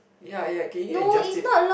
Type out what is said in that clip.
ya ya can you adjust it